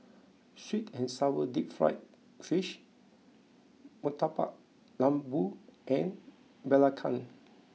sweet and sour Deep Fried Fish Murtabak Lembu and Belacan